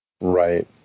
Right